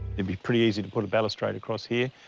it'd be pretty easy to put a balustrade across here,